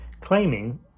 claiming